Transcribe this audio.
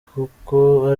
kuko